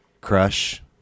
Crush